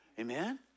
Amen